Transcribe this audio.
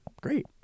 great